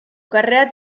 carrera